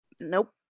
Nope